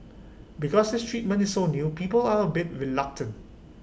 because this treatment is so new people are A bit reluctant